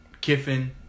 Kiffin